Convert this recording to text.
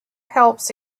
helps